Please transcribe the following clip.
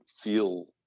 feel